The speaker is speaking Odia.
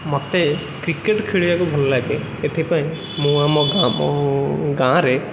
ମୋତେ କ୍ରିକେଟ୍ ଖେଳିବାକୁ ଭଲ ଲାଗେ ଏଥିପାଇଁ ମୁଁ ଆମ ଗାଁରେ